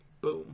boom